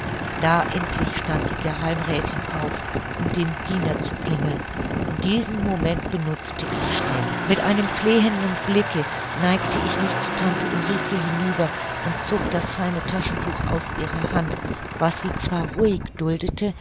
da endlich stand die geheimräthin auf um dem diener zu klingeln und diesen moment benutzte ich schnell mit einem flehenden blicke neigte ich mich zu tante ulrike hinüber und zog das feine taschentuch aus ihrer hand was sie zwar ruhig duldete